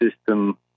system